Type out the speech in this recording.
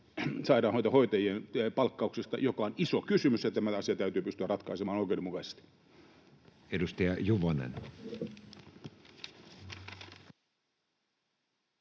sairaanhoitajien palkkauksesta, joka on iso kysymys, ja tämä asia täytyy pystyä ratkaisemaan oikeudenmukaisesti.